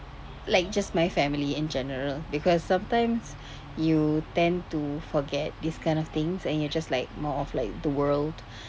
like just my family in general because sometimes you tend to forget this kind of things and you're just like more of like the world